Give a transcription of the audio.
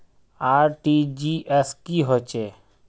RTGS की होचए?